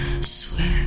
swear